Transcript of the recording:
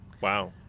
Wow